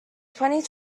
twenty